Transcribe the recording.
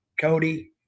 Cody